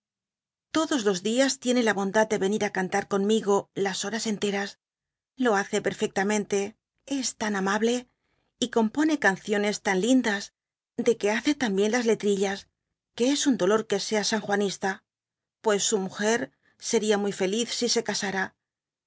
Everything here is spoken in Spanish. todos los dias tiene la bondad de venir á cantar conmigo las horas enteras lo hace perfectamente es tan amable y compone canciones tan lindas de que hace también las letrillas que es un dolor que sea san juanista pues su mier seria muy feliz si se casára